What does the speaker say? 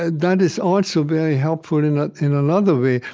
ah that is also very helpful in ah in another way.